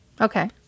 Okay